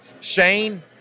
Shane